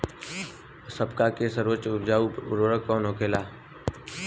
सबका ले सर्वोत्तम उपजाऊ उर्वरक कवन होखेला?